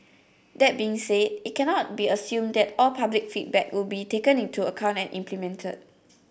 that being said it cannot be assumed that all public feedback will be taken into account and implemented